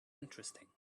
interesting